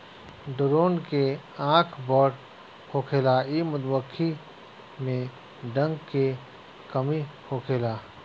drone के आँख बड़ होखेला इ मधुमक्खी में डंक के कमी होखेला